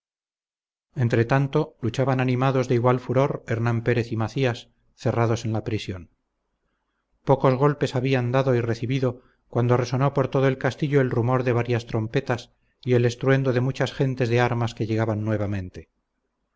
entretanto luchaban animados de igual furor hernán pérez y macías cerrados en la prisión pocos golpes habrían dado y recibido cuando resonó por todo el castillo el rumor de varias trompetas y el estruendo de muchas gentes de armas que llegaban nuevamente